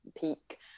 peak